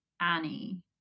Annie